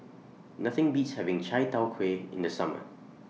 Nothing Beats having Chai Tow Kway in The Summer